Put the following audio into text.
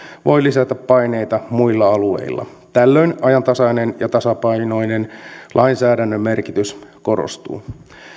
voi lisätä paineita muilla alueilla tällöin ajantasainen ja tasapainoinen lainsäädännön merkitys korostuu